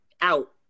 out